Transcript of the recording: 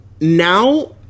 now